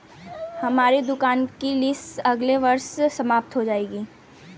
हमारी दुकान की लीस अगले वर्ष समाप्त हो जाएगी